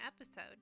episode